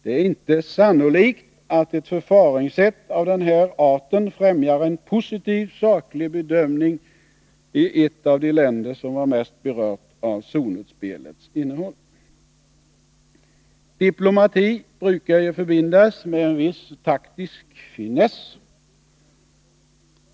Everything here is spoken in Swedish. Det är inte sannolikt att ett förfaringssätt av den här arten främjar en positiv saklig bedömning i ett av de länder som var mest berört av zonutspelets innehåll. Diplomati brukar ju förbindas med en viss taktisk finess.